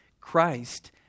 Christ